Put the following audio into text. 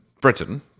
Britain